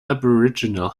aboriginal